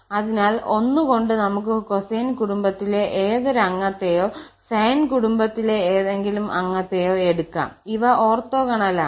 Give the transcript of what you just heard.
അതിനാൽ 1 കൊണ്ട് നമുക്ക് കൊസൈൻ കുടുംബത്തിലെ ഏതൊരു അംഗത്തെയോ സൈൻ കുടുംബത്തിലെ ഏതെങ്കിലും അംഗത്തെയോ എടുക്കാം ഇവ ഓർത്തോഗണലാണ്